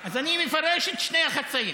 אז אני מפרש את שני החצאים.